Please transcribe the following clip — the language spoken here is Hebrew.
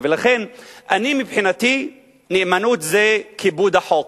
לכן מבחינתי נאמנות זה כיבוד החוק,